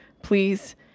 Please